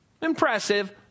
Impressive